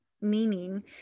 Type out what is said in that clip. meaning